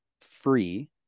free